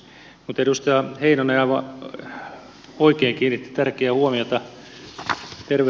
mutta edustaja heinonen aivan oikein kiinnitti tärkeään asiaan huomiota